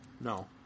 No